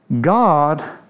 God